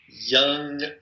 young